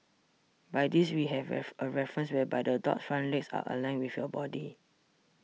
by this we have a reference whereby the dog's front legs are aligned with your body